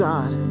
God